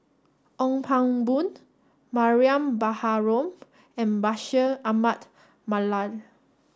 Ong Pang Boon Mariam Baharom and Bashir Ahmad Mallal